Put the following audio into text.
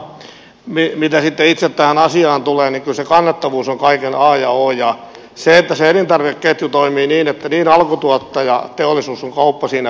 mutta mitä sitten itse tähän asiaan tulee niin kyllä kaiken a ja o on se kannattavuus ja se että se elintarvikeketju toimii niin että niin alkutuottaja teollisuus kuin kauppa siinä pärjäävät